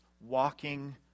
walking